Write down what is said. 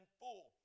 full